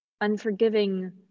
unforgiving